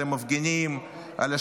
על המפגינים,